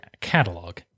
catalog